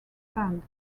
band